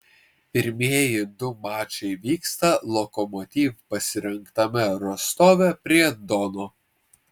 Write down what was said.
pirmieji du mačai vyksta lokomotiv pasirinktame rostove prie dono